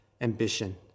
ambition